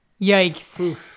Yikes